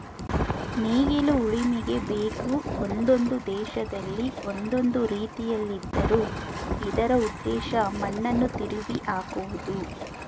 ನೇಗಿಲು ಉಳುಮೆಗೆ ಬೇಕು ಒಂದೊಂದು ದೇಶದಲ್ಲಿ ಒಂದೊಂದು ರೀತಿಲಿದ್ದರೂ ಇದರ ಉದ್ದೇಶ ಮಣ್ಣನ್ನು ತಿರುವಿಹಾಕುವುದು